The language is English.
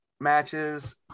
matches